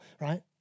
right